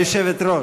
לא, ליושבת-ראש.